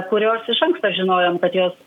kurios iš anksto žinojom kad jos